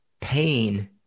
pain